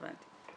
הבנתי.